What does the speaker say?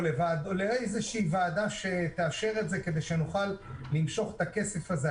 המערכות כפי שהוועדה אישרה בתקנות לא יאפשרו כניסה מבחינה אופרטיבית.